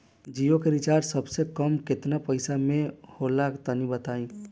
जियो के रिचार्ज सबसे कम केतना पईसा म होला तनि बताई?